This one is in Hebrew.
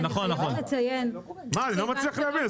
אני לא מצליח להבין.